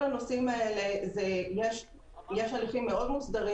בכל הנושאים האלה יש הליכים מאוד מוסדרים